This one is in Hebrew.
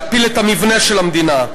להפיל את המבנה של המדינה,